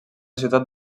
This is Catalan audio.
ciutat